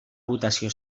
votació